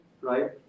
right